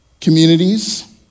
communities